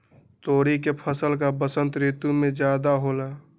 तोरी के फसल का बसंत ऋतु में ज्यादा होला?